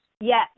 Yes